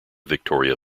victoria